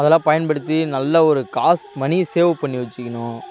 அதெல்லாம் பயன்படுத்தி நல்லா ஒரு காசு மணியை சேவ் பண்ணி வெச்சிக்கணும்